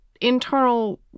internal